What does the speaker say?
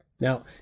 Now